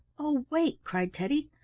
oh, wait! cried teddy.